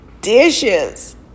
dishes